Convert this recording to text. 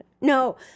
No